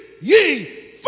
ye